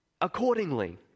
accordingly